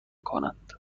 کند